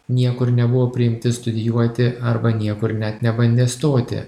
niekur nebuvo priimti studijuoti arba niekur net nebandė stoti